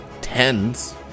Tens